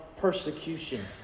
persecution